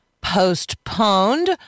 postponed